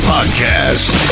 Podcast